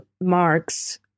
marks